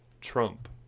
Trump